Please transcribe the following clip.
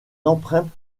empreintes